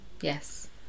Yes